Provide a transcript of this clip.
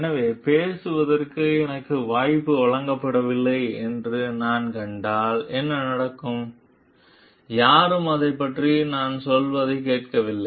எனவே பேசுவதற்கு எனக்கு வாய்ப்பு வழங்கப்படவில்லை என்று நான் கண்டால் என்ன நடக்கும் யாரும் அதைப் பற்றி நான் சொல்வதைக் கேட்பதில்லை